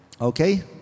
Okay